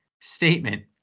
Statement